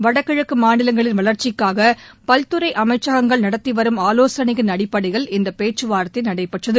வடகிழக்கு மாநிலங்களின் வளா்ச்சிக்காக பல்துறை அமைச்சகங்கள் நடத்தி வரும் ஆலோசனையின் அடிப்படையில் இந்த பேச்சுவார்த்தை நடைபெற்றது